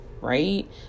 right